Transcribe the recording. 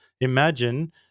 imagine